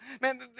Man